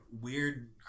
weird